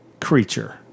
creature